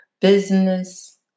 business